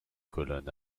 colonnes